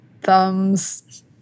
thumbs